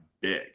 big